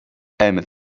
emmett